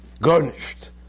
Garnished